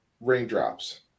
raindrops